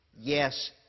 Yes